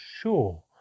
sure